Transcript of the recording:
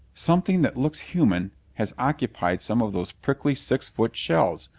something that looks human has occupied some of those prickly, six-foot shells.